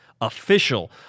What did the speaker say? official